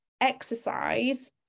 exercise